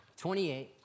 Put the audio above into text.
28